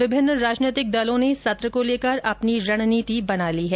विभिन्न राजनीतिक दलों ने सत्र को लेकर अपनी रणनीति बना ली है